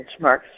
benchmarks